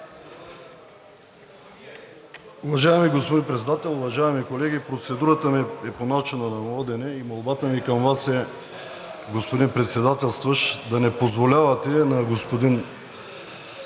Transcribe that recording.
Уважаеми господин Председател, уважаеми колеги! Процедурата ми е по начина на водене и молбата ми към Вас е, господин Председателстващ, да не позволявате на господин